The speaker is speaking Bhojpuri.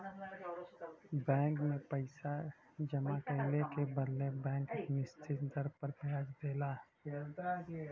बैंक में पइसा जमा कइले के बदले बैंक एक निश्चित दर पर ब्याज देला